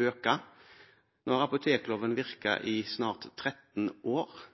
øke. Nå har apotekloven virket i snart 13 år.